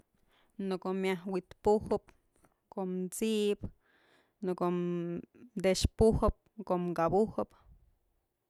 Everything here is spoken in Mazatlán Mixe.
Në ko'o myaj wi'i pujëp, kom t'sip, në ko'o tëx pujëp, ko'om këbujëp.